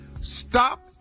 Stop